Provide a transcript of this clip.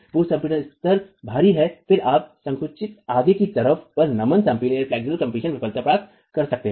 पूर्व संपीड़न स्तर भारी हैं फिर आप संकुचित आगे कि तरफ पर नमन संपीड़न विफलता प्राप्त कर सकते हैं